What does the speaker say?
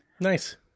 Nice